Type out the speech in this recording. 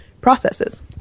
processes